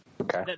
Okay